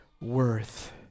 worth